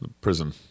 prison